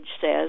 says